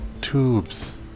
tubes